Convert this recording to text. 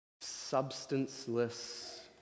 substanceless